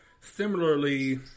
similarly